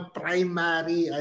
primary